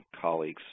colleagues